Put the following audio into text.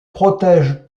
protège